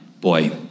boy